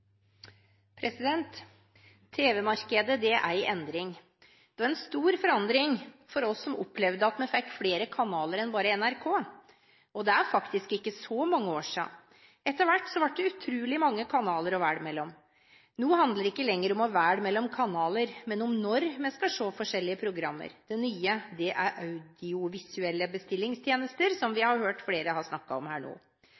endring. Det var en stor forandring for oss som opplevde at vi fikk flere kanaler enn bare NRK, og det er faktisk ikke så mange år siden. Etter hvert ble det utrolig mange kanaler å velge mellom. Nå handler det ikke lenger om å velge mellom kanaler, men om når vi skal se forskjellige programmer. Det nye er audiovisuelle bestillingstjenester som vi har hørt flere snakke om her nå.